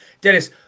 dennis